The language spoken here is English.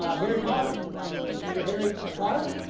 ah harry potter remember harry potter.